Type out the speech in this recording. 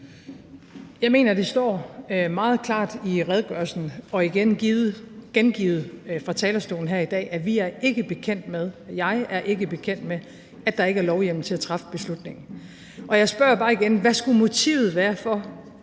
Jeg mener, det står meget klart i redegørelsen og er gengivet fra talerstolen her i dag, at vi ikke er bekendt med, jeg ikke er bekendt med, at der ikke er lovhjemmel til at træffe beslutningen. Og jeg spørger bare igen: Hvad skulle motivet være for